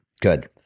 Good